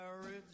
marriage